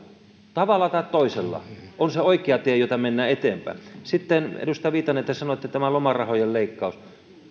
tavalla tai toisella on se oikea tie jota mennään eteenpäin sitten edustaja viitanen te sanoitte lomarahojen leikkauksesta